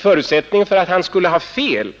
Förutsättningen för att han skulle ha fel